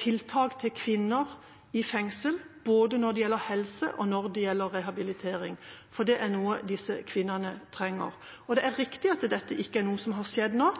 tiltak til kvinner i fengsel når det gjelder både helse og rehabilitering, for det er noe disse kvinnene trenger. Det er riktig at dette ikke er noe som har skjedd nå,